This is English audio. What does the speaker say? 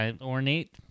Ornate